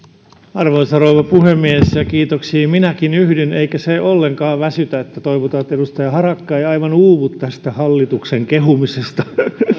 arvoisa rouva puhemies kiitoksiin minäkin yhdyn eikä se ollenkaan väsytä toivotaan että edustaja harakka ei aivan uuvu tästä hallituksen kehumisesta on aika vähän